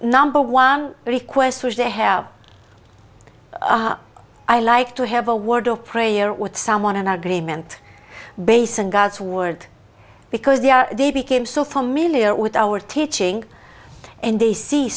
number one request which they have i like to have a word of prayer with someone and agreement based on god's word because they are they became so familiar with our teaching and they see